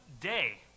day